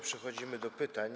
Przechodzimy do pytań.